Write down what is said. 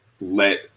let